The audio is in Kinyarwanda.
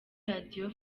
radio